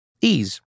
Ease